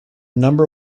number